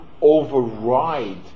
override